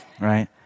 right